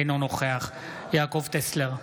אינו נוכח יעקב טסלר,